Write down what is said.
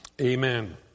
Amen